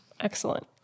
Excellent